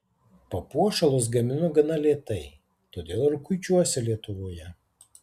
papuošalus gaminu gana lėtai todėl ir kuičiuosi lietuvoje